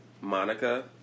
Monica